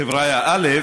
חבריא, א.